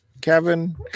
Kevin